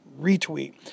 retweet